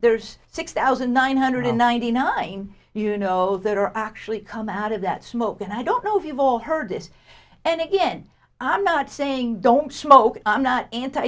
there's six thousand nine hundred ninety nine you know that are actually come out of that smoke and i don't know if you've all heard this and again i'm not saying don't smoke i'm not anti